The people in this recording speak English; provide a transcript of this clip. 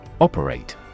Operate